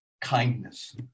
kindness